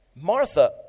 Martha